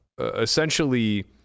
essentially